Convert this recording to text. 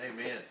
Amen